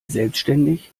selbstständig